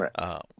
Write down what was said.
Right